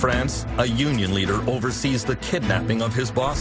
france a union leader oversees the kidnapping of his boss